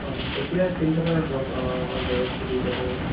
হয় হয় এতিয়া খেলি থকা নাই ধৰক ধৰক বয়স সেইটো হিচাপত আৰু